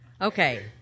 Okay